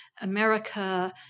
America